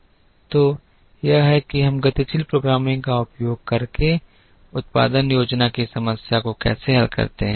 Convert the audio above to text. तो यह है कि हम गतिशील प्रोग्रामिंग का उपयोग करके उत्पादन योजना की समस्या को कैसे हल करते हैं